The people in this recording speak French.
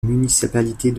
municipalités